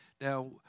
Now